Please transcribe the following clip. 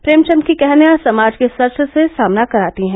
प्रेमचंद की कहानियां समाज के सच से सामना कराती हैं